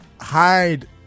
hide